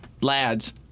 lads